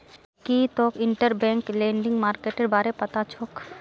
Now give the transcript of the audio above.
की तोक interbank lending मार्केटेर बारे पता छोक